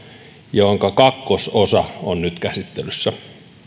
jonka kakkososa on nyt käsittelyssä